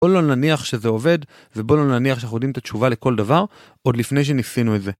בוא לא נניח שזה עובד ובוא לא נניח שאנחנו יודעים את התשובה לכל דבר עוד לפני שניסינו את זה.